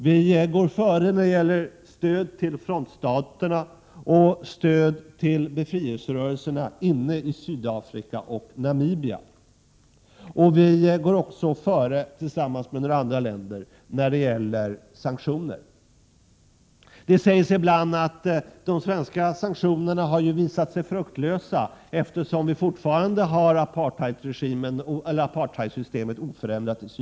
Vi går före när det gäller stöd till frontstaterna och stöd till befrielserörelserna inne i Sydafrika och Namibia. Vi går — tillsammans med några andra länder — före också när det gäller sanktioner. Det sägs ibland att de svenska sanktionerna har visat sig fruktlösa, eftersom apartheidsystemet i Sydafrika är oförändrat.